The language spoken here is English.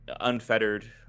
unfettered